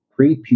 prepubescent